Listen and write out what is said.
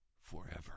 forever